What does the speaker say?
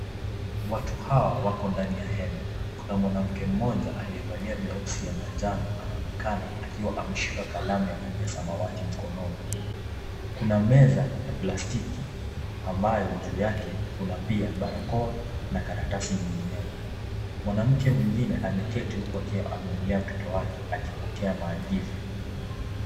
Watu hawa wako ndani ya hema. Kuna mwanamke mmoja aliyevalia blausi ya manjano anaonekana akiwa ameshika kalamu ya rangi ya samawati mkononi. Kuna meza ya plastiki ambayo juu yake kuna pia barakoa karatasi nyinginezo. Mwanamke mwingine ameketi huku akiwa amemlea mtoto wake akipokea maagizo.